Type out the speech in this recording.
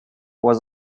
was